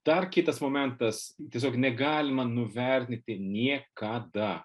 dar kitas momentas tiesiog negalima nuvertinti niekada